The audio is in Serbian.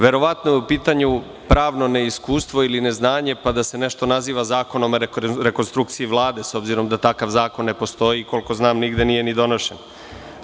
Verovatno je u pitanju pravno neiskustvo ili neznanje pa da se nešto naziva zakonom o rekonstrukciji Vlade, s obzirom da takav zakon ne postoji, nigde nije ni donošen koliko znam.